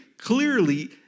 clearly